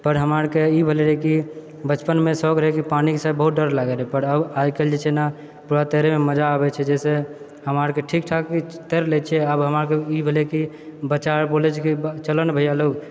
पर हमार आरके ई भेलै रहै कि बचपनमे शौक रहै पानिसँ बहुत डर लागै रहै पर अब आइकाल्हि जे छै ने पूरा तैरैमे मजा अबैत छै जाहिसँ हमरा आरके ठीक ठाक तैर लय छियै आब हमरा आरके ई भेलै कि बच्चा बोलैत छै कि चलऽ ने भैया लोग